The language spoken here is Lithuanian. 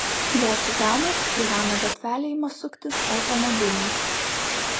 vos sutemus į ramią gatvelę ima sukti automobiliai